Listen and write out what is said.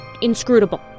inscrutable